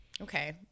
Okay